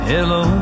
Hello